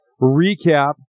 recap